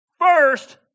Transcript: first